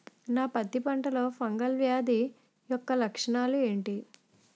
నా పత్తి పంటలో ఫంగల్ వ్యాధి యెక్క లక్షణాలు ఏంటి?